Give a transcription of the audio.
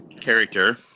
character